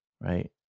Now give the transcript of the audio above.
right